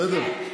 בסדר?